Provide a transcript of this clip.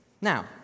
Now